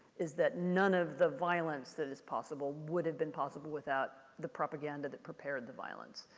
is that none of the violence that is possible would have been possible without the propaganda that prepared the violence.